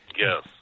Yes